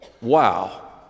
Wow